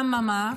אממה,